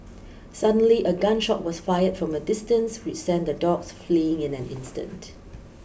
suddenly a gun shot was fired from a distance which sent the dogs fleeing in an instant